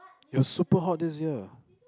it was super hot this year